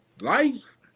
life